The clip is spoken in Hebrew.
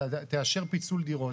תאשר פיצול דירות,